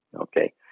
okay